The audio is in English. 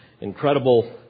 incredible